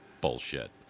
bullshit